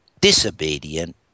disobedient